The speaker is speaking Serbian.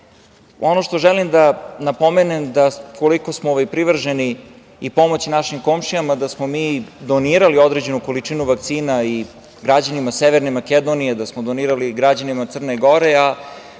što želim da napomenem jeste koliko smo mi privrženi i pomažemo našim komšijama, da smo mi donirali određenu količinu vakcina i građanima Severne Makedonije, da smo donirali građanima Crne Gore,